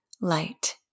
light